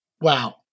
wow